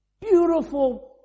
beautiful